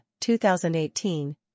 2018